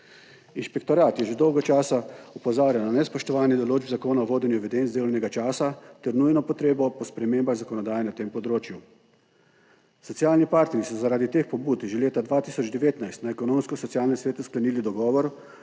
Inšpektorat je že dolgo časa opozarja na nespoštovanje določb Zakona o vodenju evidenc delovnega časa ter nujno potrebo po spremembah zakonodaje na tem področju. Socialni partnerji so, zaradi teh pobud že leta 2019 na Ekonomsko-socialnem svetu sklenili dogovor